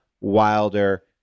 Wilder